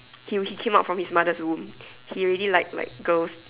he he came out of his mother's womb he already like like girl's